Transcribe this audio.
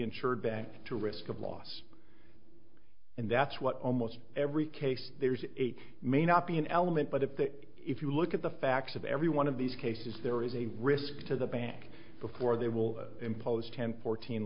insured bank to risk of loss and that's what almost every case there's a may not be an element but if they if you look at the facts of every one of these cases there is a risk to the bank before they will impose ten fourteen